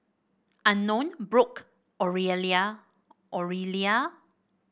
Unknown Brock Orelia